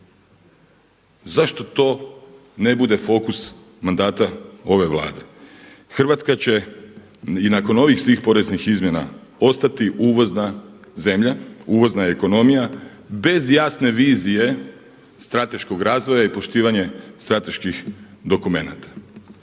Zašto to ne bude fokus mandata ove Vlade? Hrvatska će i nakon ovih svih poreznih izmjena ostati uvozna zemlja, uvozna ekonomija bez jasne vizije strateškog razvoja i poštivanje strateških dokumenata.